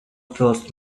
first